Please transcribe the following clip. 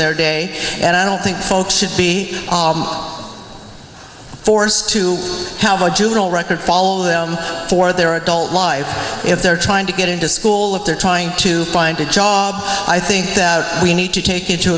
their day and i don't think folks should be forced to have a juvenile record follow for their adult life if they're trying to get into school if they're trying to find a job i think we need to take into